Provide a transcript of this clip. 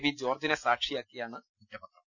V ജോർജ്ജിനെ സാക്ഷിയാക്കിയാണ് കുറ്റപത്രം